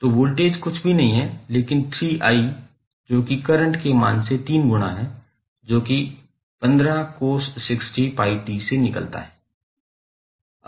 तो वोल्टेज कुछ भी नहीं है लेकिन 3i जो कि करंट के मान से 3 गुणा है जो कि 15cos60𝜋𝑡 से निकलता है